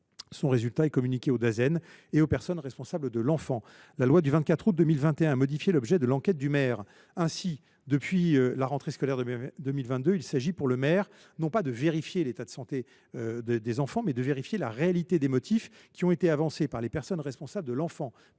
Son résultat est communiqué aux Dasen et aux personnes responsables de l’enfant. La loi du 24 août 2021 a modifié l’objet de l’enquête du maire. Ainsi, depuis la rentrée scolaire 2022, il s’agit pour le maire de vérifier non pas l’état de santé des enfants, mais la réalité des motifs qui ont été avancés par les personnes responsables de l’enfant.